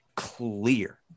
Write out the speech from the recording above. Clear